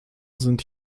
sind